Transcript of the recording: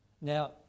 Now